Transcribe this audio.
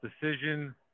decision